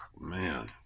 man